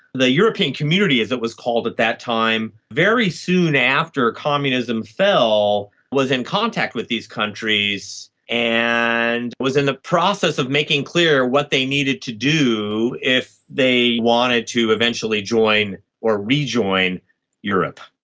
the european community, as it was called at that time, very soon after communism fell was in contact with these countries and was in the process of making clear what they needed to do if they wanted to eventually join or rejoin europe.